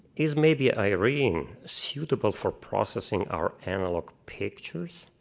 is maybe irene suitable for processing our analog pictures?